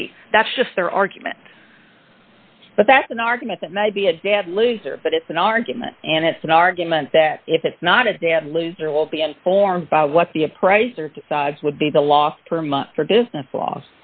z that's just their argument but that's an argument that may be a dad loser but it's an argument and it's an argument that if it's not a dead loser will be informed about what the appraiser would be the last per month for business law